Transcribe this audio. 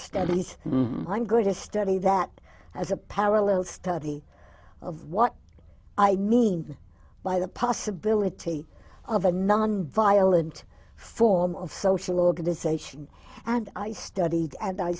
studies i'm going to study that as a parallel study of what i mean by the possibility of a nonviolent form of social organization and i studied and i